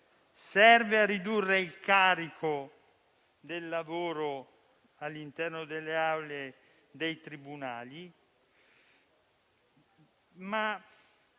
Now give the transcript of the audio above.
serve a ridurre il carico del lavoro all'interno delle aule dei tribunali e